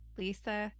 lisa